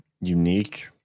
unique